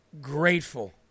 grateful